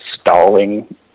stalling